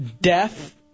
Death